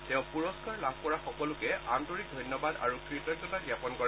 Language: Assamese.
তেওঁ পুৰস্কাৰ লাভ কৰা সকলোকে আন্তৰিক ধন্যবাদ আৰু কৃতজতা জ্ঞাপন কৰে